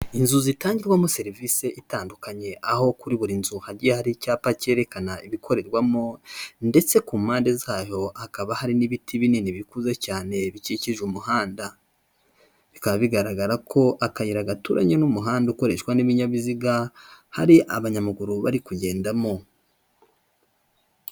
Inzu zitangirwamo serivise itandukanye, aho kuri buri nzu hari icyapa cyerekana ibikorerwamo ndetse ku mpande zayo hakaba hari n'ibiti binini bikuze cyane bikikije umuhanda, bikaba bigaragara ko akayira gaturanye n'umuhanda ukoreshwa n'ibinyabiziga hari abanyamaguru bari kugendamo.